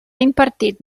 impartit